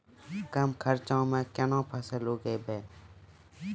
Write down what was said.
कम खर्चा म केना फसल उगैबै?